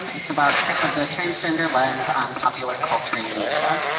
um it's about the transgender lens on popular culture and media.